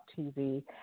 TV